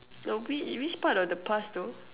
no which which part of the past though